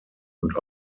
und